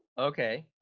Okay